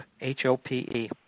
H-O-P-E